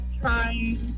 trying